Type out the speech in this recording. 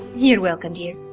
you're welcome dear.